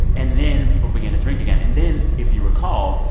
and then people began to drink again. and then, if you recall,